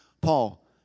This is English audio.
Paul